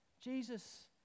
Jesus